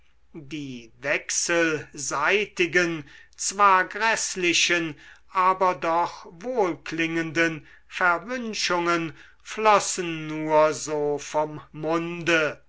die wechselseitigen zwar gräßlichen aber doch wohlklingenden verwünschungen flossen nur so vom munde